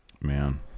man